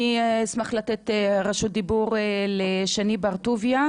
אני אשמח לתת רשות דיבור לשני בר טוביה,